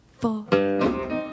four